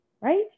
right